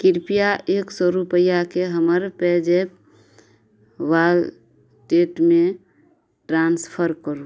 कृपया एक सओ रुपैआकेँ हमर पेजैप वालेटमे ट्रान्सफर करू